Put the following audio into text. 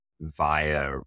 via